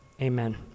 Amen